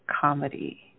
comedy